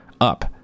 up